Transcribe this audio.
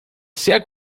sehr